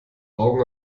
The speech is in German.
augen